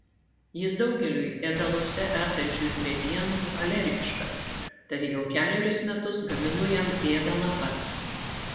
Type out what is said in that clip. jis daugeliui ėdaluose esančių ingredientų alergiškas tad jau kelerius metus gaminu jam ėdalą pats